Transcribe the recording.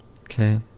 okay